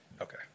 Okay